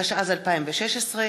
התשע"ז 2016,